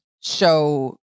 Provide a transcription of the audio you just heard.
show